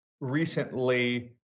recently